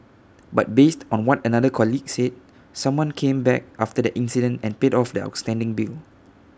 but based on what another colleague said someone came back after the incident and paid off the outstanding bill